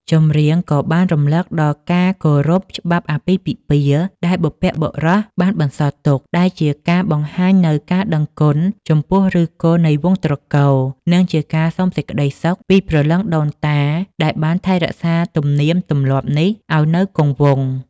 ចម្រៀងក៏បានរំលឹកដល់ការគោរពច្បាប់អាពាហ៍ពិពាហ៍ដែលបុព្វបុរសបានបន្សល់ទុក ដែលជាការបង្ហាញនូវការដឹងគុណចំពោះឫសគល់នៃវង្សត្រកូល និងជាការសុំសេចក្តីសុខពីព្រលឹងដូនតាដែលបានថែរក្សាទំនៀមទម្លាប់នេះឱ្យនៅគង់វង្ស។